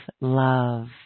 love